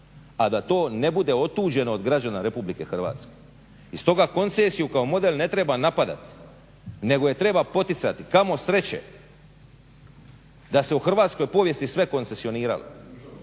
a da to ne bude otuđeno od građana RH. I stoga koncesiju kao model ne treba napadati nego je treba poticati. Kamo sreće da se u hrvatskoj povijesti sve koncesioniralo,